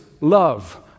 love